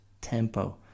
tempo